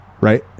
Right